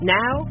now